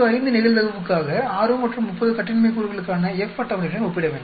05 நிகழ்தகவுக்காக 6 மற்றும் 30 கட்டின்மை கூறுகளுக்கான F அட்டவணையுடன் ஒப்பிட வேண்டும்